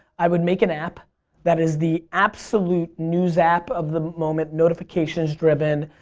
i would make an app that is the absolute news app of the moment, notifications driven.